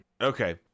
Okay